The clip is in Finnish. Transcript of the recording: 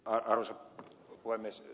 arvoisa puhemies